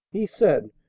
he said,